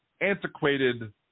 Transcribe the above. antiquated